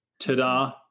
Ta-da